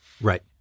Right